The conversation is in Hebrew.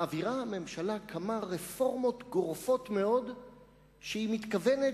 מעבירה הממשלה כמה רפורמות גורפות מאוד שהיא מתכוונת